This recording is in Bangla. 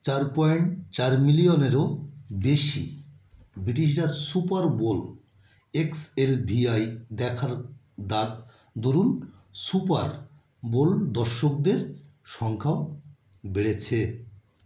চার পয়েন্ট চার মিলিয়নেরও বেশি Britisher Super Bowl X L V I দেখার দার দরুন সুপারবোল দর্শকদের সংখ্যাও বেড়েছে